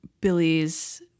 Billy's